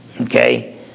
Okay